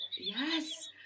Yes